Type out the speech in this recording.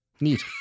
Neat